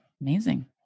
Amazing